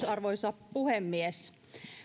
arvoisa puhemies